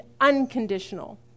unconditional